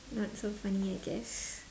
not so funny I guess